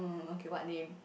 okay what name